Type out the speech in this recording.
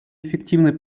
эффективной